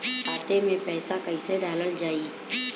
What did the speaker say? खाते मे पैसा कैसे डालल जाई?